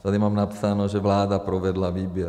Tady mám napsáno, že vláda provedla výběr.